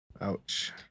Ouch